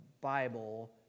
Bible